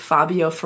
Fabio